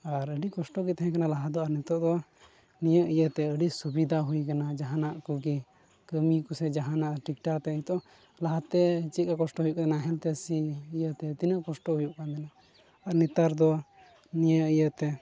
ᱟᱨ ᱟᱹᱰᱤ ᱠᱚᱥᱴᱚ ᱜᱮ ᱛᱟᱦᱮᱸ ᱠᱟᱱᱟ ᱞᱟᱦᱟ ᱫᱚ ᱟᱨ ᱱᱤᱛᱚᱜ ᱫᱚ ᱱᱤᱭᱟᱹ ᱤᱭᱟᱹᱛᱮ ᱟᱹᱰᱤ ᱥᱩᱵᱤᱫᱟ ᱦᱩᱭ ᱠᱟᱱᱟ ᱡᱟᱦᱟᱱᱟᱜ ᱠᱚᱜᱮ ᱠᱟᱹᱢᱤ ᱠᱚᱥᱮ ᱡᱟᱦᱟᱱᱟᱜ ᱴᱷᱤᱠ ᱴᱷᱟᱠᱛᱮ ᱱᱤᱛᱚᱜ ᱞᱟᱦᱟᱛᱮ ᱪᱮᱫᱠᱟ ᱠᱚᱥᱴᱚ ᱦᱩᱭᱩᱜ ᱠᱟᱱᱟ ᱱᱟᱦᱮᱞᱛᱮ ᱥᱤ ᱤᱭᱟᱹᱛᱮ ᱛᱤᱱᱟᱹᱜ ᱠᱚᱥᱴᱚ ᱦᱩᱭᱩᱜ ᱠᱟᱱ ᱛᱟᱦᱮᱱᱟ ᱟᱨ ᱱᱮᱛᱟᱨ ᱫᱚ ᱱᱤᱭᱟᱹ ᱤᱭᱟᱹᱛᱮ